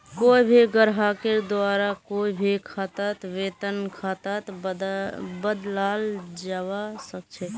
कोई भी ग्राहकेर द्वारा कोई भी खाताक वेतन खातात बदलाल जवा सक छे